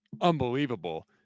unbelievable